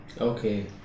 Okay